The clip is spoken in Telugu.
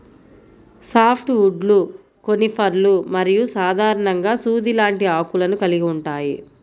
సాఫ్ట్ వుడ్లు కోనిఫర్లు మరియు సాధారణంగా సూది లాంటి ఆకులను కలిగి ఉంటాయి